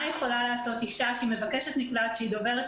יכולה לעשות אישה שהיא מבקשת מקלט שדוברת,